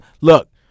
look